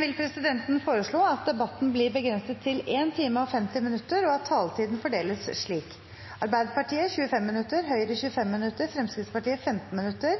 vil presidenten foreslå at debatten blir begrenset til 1 time og 50 minutter, og at taletiden fordeles slik: Arbeiderpartiet 25 minutter, Høyre 25 minutter, Fremskrittspartiet 15 minutter,